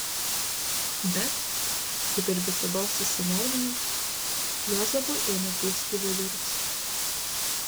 bet kaip ir visados susinervinus juozapui ėmė pūsti vidurius